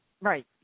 right